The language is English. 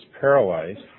paralyzed